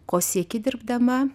ko sieki dirbdama